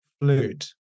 flute